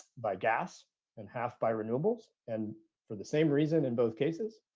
by gas and half by renewables and for the same reason in both cases,